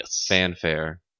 fanfare